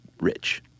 rich